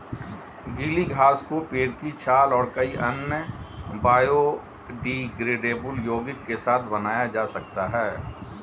गीली घास को पेड़ की छाल और कई अन्य बायोडिग्रेडेबल यौगिक के साथ बनाया जा सकता है